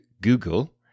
Google